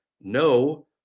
No